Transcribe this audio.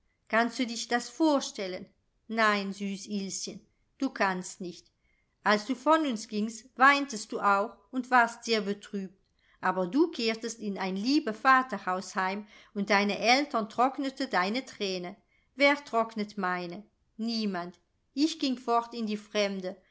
kannst du dich das vorstellen nein süß ilschen du kannst nicht als du von uns gingst weintest du auch und warst sehr betrübt aber du kehrtest in ein liebe vaterhaus heim und deine eltern trocknete deine thräne wer trocknet meine niemand ich ging fort in die fremde